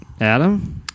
Adam